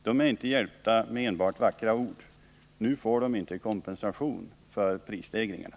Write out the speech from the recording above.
De är inte hjälpta enbart med vackra ord. Nu får de inte kompensation för prisstegringarna.